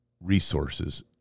resources